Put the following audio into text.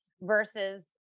versus